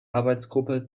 arbeitsgruppe